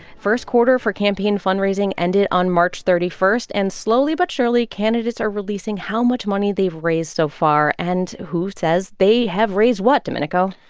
first quarter for campaign fundraising ended on march thirty one, and slowly but surely candidates are releasing how much money they've raised so far. and who says they have raised what, domenico?